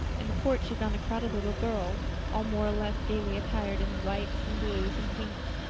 in the porch she found a crowd of little girls, all more or less gaily attired in whites and blues and pinks,